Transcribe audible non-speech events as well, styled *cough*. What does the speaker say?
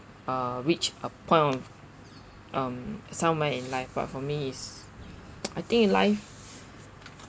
uh reach a point on um somewhere in life but for me it's *noise* I think in life